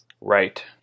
Right